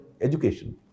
education